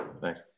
Thanks